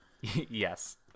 Yes